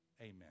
amen